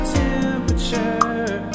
temperature